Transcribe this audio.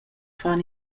fan